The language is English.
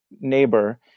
neighbor